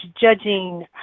judging